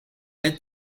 est